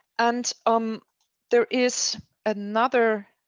and um there is another.